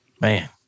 Man